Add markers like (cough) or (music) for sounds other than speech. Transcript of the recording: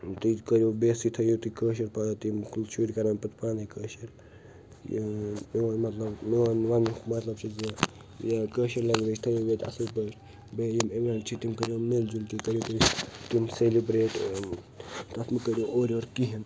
تُہۍ کٔرِو بیسٕے تھٲیو تُہۍ کٲشُر (unintelligible) تہنٛدۍ شُرۍ کران پتہٕ پانٔے کٲشُر میٛون مطلب میٛون وننُک مطلب چھُ یہِ یہِ کٲشِر لنٛگویج تھٲیو ییٚتہِ اصٕل پٲٹھۍ بیٚیہِ یِم اویٚنٛٹ چھِ تِم کٔرِو مِل جُل کے کٔرِو تِم تِم سیٚلِبرٛیٹ ٲں تَتھ مہٕ کٔرِو اورٕ یور کہیٖنۍ